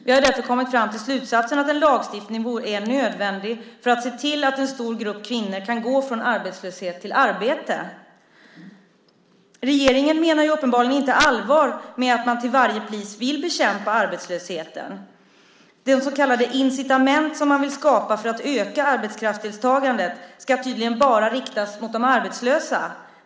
Vi har därför kommit fram till slutsatsen att en lagstiftning är nödvändig för att se till att en stor grupp kvinnor kan gå från arbetslöshet till arbete. Regeringen menar uppenbarligen inte allvar med att man till varje pris vill bekämpa arbetslösheten. Det så kallade incitament som man vill skapa för att öka arbetskraftsdeltagandet ska tydligen bara riktas mot de arbetslösa.